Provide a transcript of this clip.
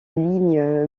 ligne